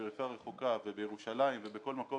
בפריפריה הרחוקה ובירושלים ובכל מקום